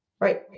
Right